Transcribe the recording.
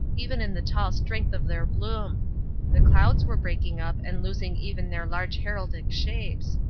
even in the tall strength of their bloom the clouds were breaking up and losing even their large heraldic shapes.